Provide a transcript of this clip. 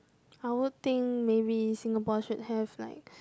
I would think maybe Singapore should have like